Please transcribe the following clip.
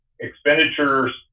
expenditures